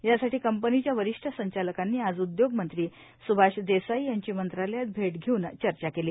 यासाठी कंपनीच्या वरिष्ठ संचालकांनी आज उदयोगमंत्री सुभाष देसाई यांची मंत्रालयात भेट घेऊन चर्चा केली